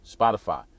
Spotify